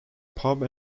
pub